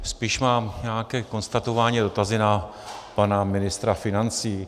Spíš mám nějaké konstatování a dotazy na pana ministra financí.